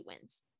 wins